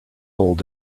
old